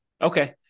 Okay